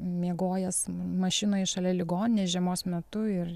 miegojęs mašinoj šalia ligoninės žiemos metu ir